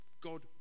God